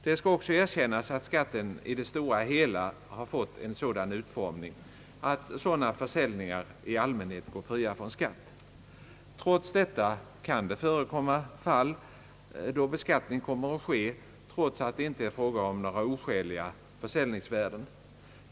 Det skall också erkännas att skatten i det stora hela fått en sådan utformhing att sådana försäljningar i allmänhet går fria från skatt. Trots detta kan det förekomma fall då beskattning kommer att ske ehuru det inte är fråga om några oskäliga försäljningsvärden.